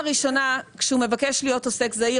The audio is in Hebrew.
כשהוא מבקש להיות עוסק זעיר,